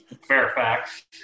Fairfax